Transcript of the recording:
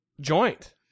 joint